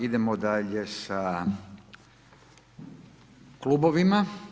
Idemo dalje sa klubovima.